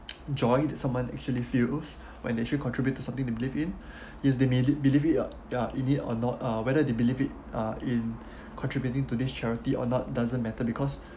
joy someone actually feels when they actually contribute to something they believe in yes they made it believe it in it or not or whether they believe it uh in contributing to this charity or not doesn't matter because